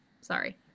sorry